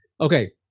Okay